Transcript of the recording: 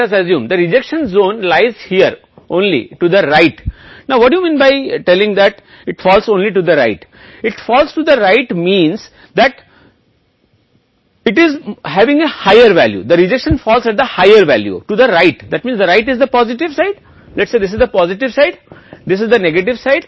तो आप अस्वीकृति के क्षेत्र को जानते हैं उदाहरण है कि अस्वीकृति क्षेत्र केवल दाहिनी ओर गिरता है यह दाहिनी ओर गिरता है इसका मतलब है कि यह उच्चतर है मान अस्वीकृति दाईं ओर उच्च मान पर गिरती है जिसका अर्थ है कि दाईं ओर सकारात्मक पक्ष है तो कहते हैं कि यह सकारात्मक पक्ष है यह नकारात्मक पक्ष है